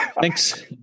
Thanks